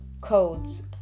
codes